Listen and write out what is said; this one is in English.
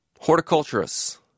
Horticulturists